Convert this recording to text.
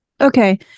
Okay